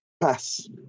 Pass